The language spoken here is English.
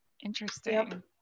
Interesting